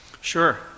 sure